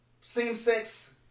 same-sex